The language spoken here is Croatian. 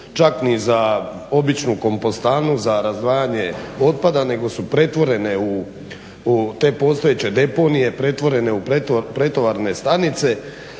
čak ni za običnu kompostanu za razdvajanje otpada nego su pretvorene u te postojeće deponije, pretvorene u pretovarne stanice.